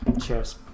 Cheers